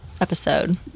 episode